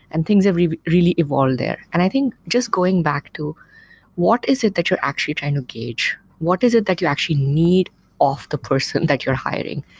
and things have really evolved there. and i think just going back to what is it that you're actually trying to gauge? what is it that you actually need off the person that you're hiring?